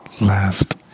last